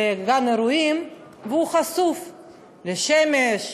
לגן-אירועים, והוא חשוף לשמש,